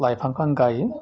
लाइफांखौ आं गायो